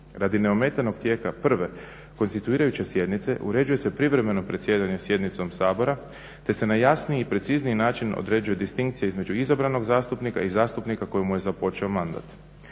Radi neometanog tijeka prve konstituirajući sjednice uređuje se privremeno predsjedanje sjednicom Sabora te se na jasniji i precizniji način određuju distinkcije između izabranog zastupnika i zastupnika kojemu je započeo mandat.